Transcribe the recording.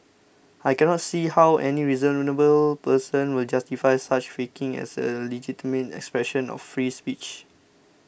I cannot see how any reasonable person will justify such faking as a legitimate expression of free speech